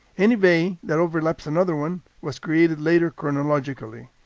any bay that overlaps another one was created later chronologically.